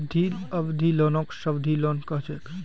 अवधि लोनक सावधि लोन कह छेक